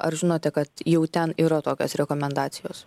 ar žinote kad jau ten yra tokios rekomendacijos